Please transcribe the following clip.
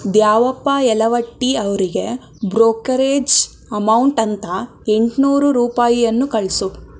ದ್ಯಾವಪ್ಪ ಯಲವಟ್ಟಿ ಅವರಿಗೆ brokerage amount ಅಂತ ಎಂಟುನೂರು ರೂಪಾಯಿಯನ್ನು ಕಳಿಸು